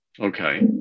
Okay